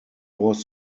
was